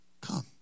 Come